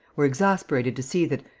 were exasperated to see that,